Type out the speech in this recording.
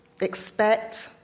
expect